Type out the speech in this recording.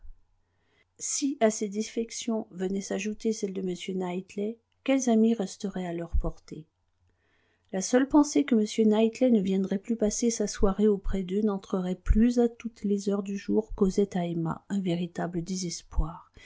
si à ces défections venait s'ajouter celle de m knightley quels amis resteraient à leur portée la seule pensée que m knightley ne viendrait plus passer sa soirée auprès d'eux n'entrerait plus à toutes les heures du jour causait à emma un véritable désespoir